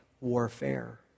warfare